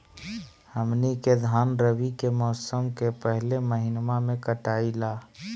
हमनी के धान रवि के मौसम के पहले महिनवा में कटाई ला